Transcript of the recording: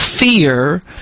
fear